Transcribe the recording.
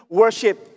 worship